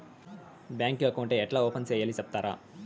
Bank account ఏ ఎట్లా open సేయాలి సెప్తారా?